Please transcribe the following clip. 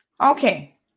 Okay